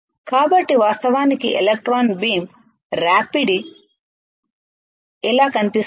కాబట్టి వాస్తవానికి electron beam రాపిడి ఎలా కనిపిస్తుంది